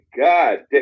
God